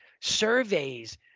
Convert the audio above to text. surveys